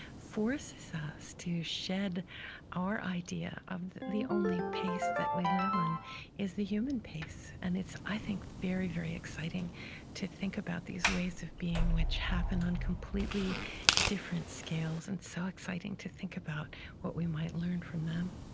forces us to shed our idea of the only pace that we live in is the human pace. and it's, i think, very, very exciting to think about these ways of being which happen on completely different scales, and so exciting to think about what we might learn from them